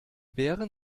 beeren